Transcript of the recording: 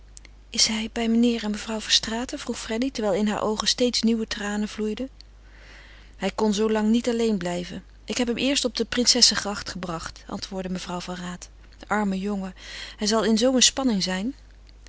is hij bij meneer en mevrouw verstraeten vroeg freddy terwijl in haar oogen steeds nieuwe tranen vloeiden hij kon zoo lang niet alleen blijven ik heb hem eerst op de princessegracht gebracht antwoordde mevrouw van raat arme jongen hij zal in zoo een spanning zijn